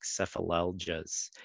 cephalalgias